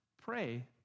Pray